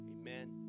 Amen